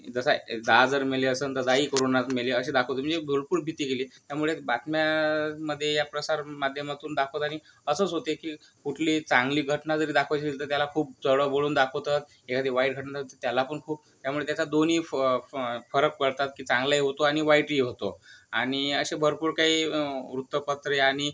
जसा दहा हजार मेले असंन तर दहाही करोनात मेले असे दाखवतो म्हणजे भरपूर भीती केली त्यामुळे बातम्यामध्ये या प्रसारमाध्यमातून दाखवताना असंच होते की कुठली चांगली घटना जरी दाखवायची झाली तर त्याला खूप चढवढून दाखवतात एखादी वाईट घटना त्याला पण खूप त्यामुळे त्याचा दोन्ही फ फ फरक पडतात की चांगला ही होतो आणि वाईटही होतो आणि असे भरपूर काही वृत्तपत्रे आणि